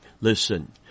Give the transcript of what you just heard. Listen